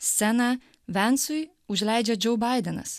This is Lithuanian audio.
sceną vensui užleidžia džou baidenas